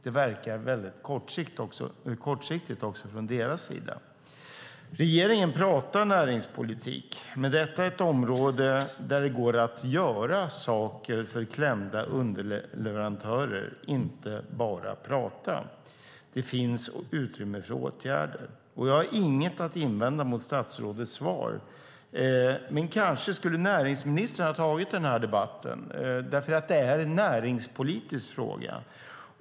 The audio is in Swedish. Det verkar väldigt kortsiktigt också från deras sida. Regeringen pratar näringspolitik. Men detta är ett område där det går att göra saker för klämda underleverantörer, inte bara prata. Det finns utrymme för åtgärder. Jag har inget att invända mot statsrådets svar. Men kanske skulle näringsministern ha tagit den här debatten, för det är en näringspolitisk fråga.